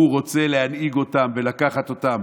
שהוא רוצה להנהיג אותם ולקחת אותם,